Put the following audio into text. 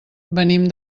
venim